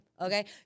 Okay